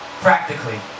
practically